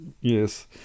Yes